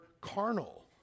carnal